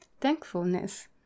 thankfulness